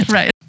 Right